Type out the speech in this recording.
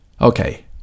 Okay